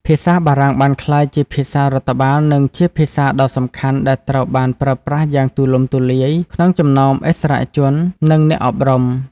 ភាសាបារាំងបានក្លាយជាភាសារដ្ឋបាល និងជាភាសាដ៏សំខាន់ដែលត្រូវបានប្រើប្រាស់យ៉ាងទូលំទូលាយក្នុងចំណោមឥស្សរជន និងអ្នកអប់រំ។